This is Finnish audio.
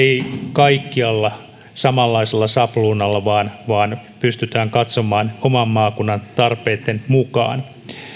kaikkialla samanlaisella sapluunalla vaan vaan pystytään katsomaan oman maakunnan tarpeitten mukaan